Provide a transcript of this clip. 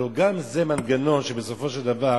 הלא גם זה מנגנון שבסופו של דבר